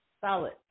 solid